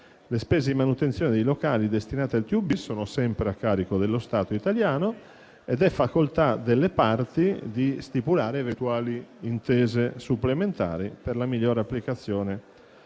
Le spese di manutenzione dei locali destinati al TUB sono sempre a carico dello Stato italiano ed è facoltà delle parti stipulare eventuali intese supplementari per la migliore applicazione